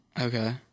Okay